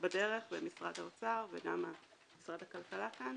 שבדרך ומשרד האוצר וגם משרד הכלכלה כאן